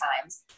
times